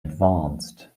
advanced